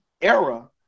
era